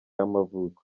y’amavuko